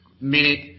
minute